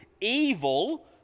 evil